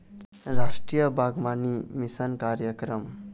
रास्टीय बागबानी मिसन कार्यकरम